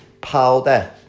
powder